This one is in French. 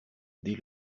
dès